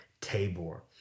Tabor